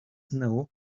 know